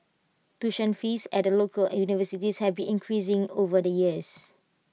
tuition fees at local universities have been increasing over the years